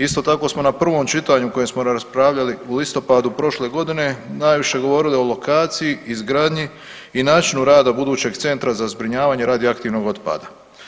Isto tako smo na prvom čitanju na kojem smo raspravljali u listopadu prošle godine najviše govorili o lokaciji, izgradnji i načinu rada budućeg centra za zbrinjavanje radioaktivnog otpada.